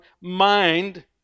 mind